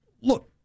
look